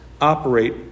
operate